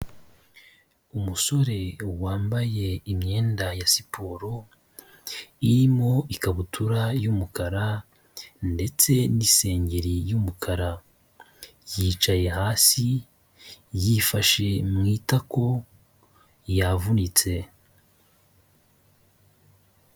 Umusore wambaye imyenda ya siporo, irimo ikabutura y'umukara ndetse n'isengeri y'umukara. Yicaye hasi, yifashe mu itako, yavunitse.